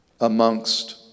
amongst